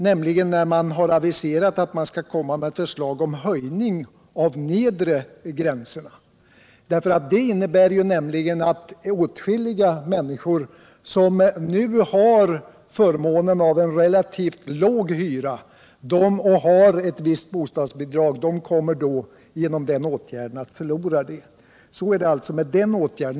Det talas nämligen om en höjning av de nedre gränserna för erhållande av bostadsbidrag. Åtskilliga människor, som nu har förmånen av en relativt låg hyra och har ett visst bostadsbidrag, kommer genom en sådan åtgärd att förlora detta bidrag.